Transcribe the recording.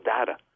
data